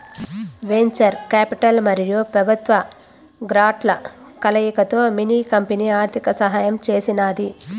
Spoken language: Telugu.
వెంచర్ కాపిటల్ మరియు పెబుత్వ గ్రాంట్ల కలయికతో మిన్ని కంపెనీ ఆర్థిక సహాయం చేసినాది